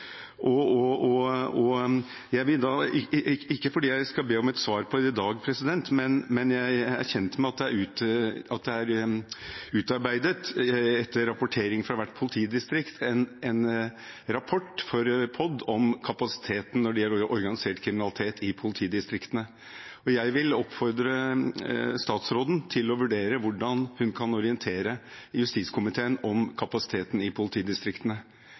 Jeg vil ikke be om et svar på det i dag, men jeg er kjent med at det er utarbeidet, etter rapportering fra hvert politidistrikt, en rapport for POD om kapasiteten når det gjelder organisert kriminalitet i politidistriktene. Og jeg vil oppfordre statsråden til å vurdere hvordan hun kan orientere justiskomiteen om kapasiteten i politidistriktene,